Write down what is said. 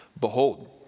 Behold